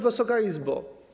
Wysoka Izbo!